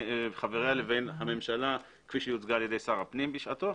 חבריה לבין הממשלה כפי שהיא הוצגה על ידי שר הפנים בשעתו,